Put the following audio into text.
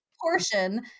portion